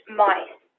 mice